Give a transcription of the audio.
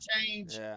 change